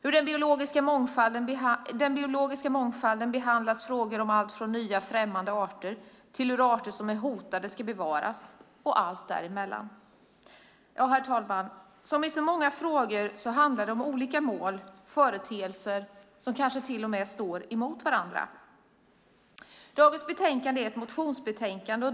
Under rubriken om den biologiska mångfalden behandlas frågor om allt från nya, främmande arter till hur arter som är hotade ska bevaras - och allt däremellan. Herr talman! Som i så många frågor handlar det om olika mål och företeelser som kanske till och med står emot varandra. Dagens betänkande är ett motionsbetänkande.